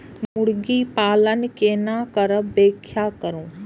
मुर्गी पालन केना करब व्याख्या करु?